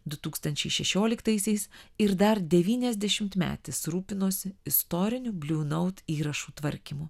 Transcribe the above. du tūkstančiai šešioliktaisiais ir dar devyniasdešimtmetis rūpinosi istoriniu bliu naut įrašų tvarkymu